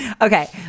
Okay